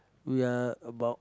we are about